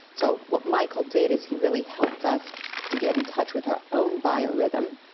so what michael did is he really helped us to get in touch with our own biorhythm,